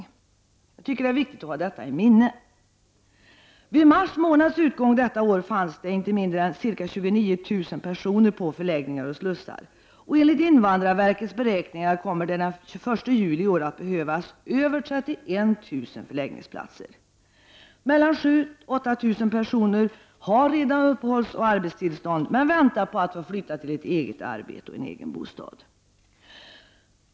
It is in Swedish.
Jag tycker att det är viktigt att ha detta i minnet. Vid mars månads utgång detta år fanns det inte mindre än ca 29 000 personer på förläggningar och slussar. Enligt invandrarverkets beräkningar kommer det den 1 juli i år att behövas över 31000 förläggningsplatser. 7000 8000 personer har redan uppehållsoch arbetstillstånd, men väntar på att få flytta till eget arbete och egen bostad.